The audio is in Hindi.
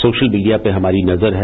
सोशल मीडिया पर हमारी नजर है